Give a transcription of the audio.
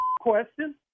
question